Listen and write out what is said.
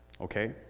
Okay